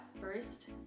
first